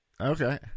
Okay